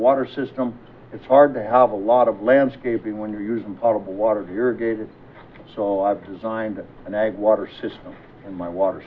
water system it's hard to have a lot of landscaping when you're using pot of water to irrigate it so i've designed an ag water system in my water